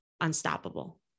unstoppable